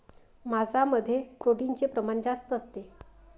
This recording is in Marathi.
मांसामध्ये प्रोटीनचे प्रमाण जास्त असते